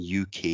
UK